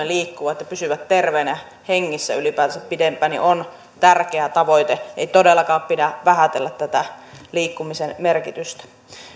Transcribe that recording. liikkuvat ja pysyvät terveinä ja hengissä ylipäätänsä pidempään on tärkeä tavoite ei todellakaan pidä vähätellä tätä liikkumisen merkitystä